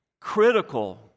Critical